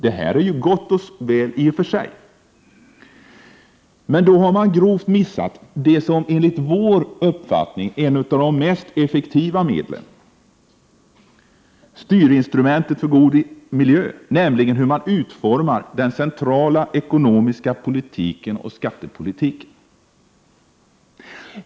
Detta är gott och väl i och för sig, men man har grovt missat det som enligt vår uppfattning är det mest effektiva styrinstrumentet för en god miljö, nämligen hur man utformar den centrala ekonomiska politiken och skattepolitiken.